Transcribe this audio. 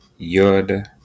Yud